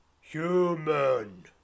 human